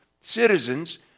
citizens